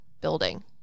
building